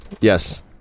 yes